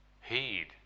heed